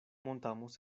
montamos